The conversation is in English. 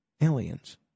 aliens